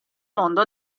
mondo